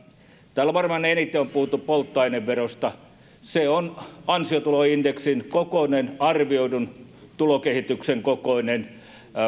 täällä varmaan eniten on puhuttu polttoaineverosta se on ansiotuloindeksin kokoinen arvioidun tulokehityksen kokoinen